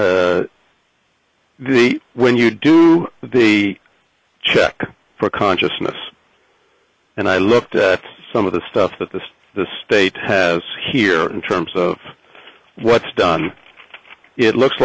when you do the check for consciousness and i looked at some of the stuff that this the state has here in terms of what's done it looks